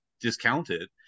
discounted